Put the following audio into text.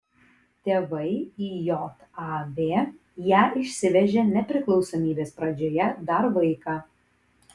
tėvai į jav ją išsivežė nepriklausomybės pradžioje dar vaiką